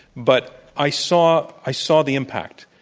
but i saw i saw the impact.